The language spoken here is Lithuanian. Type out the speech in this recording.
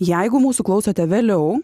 jeigu mūsų klausote vėliau